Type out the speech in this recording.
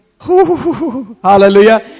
Hallelujah